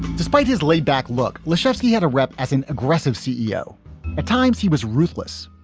despite his laid back look, lisowski had a rep as an aggressive ceo at times he was ruthless.